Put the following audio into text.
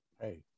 Hey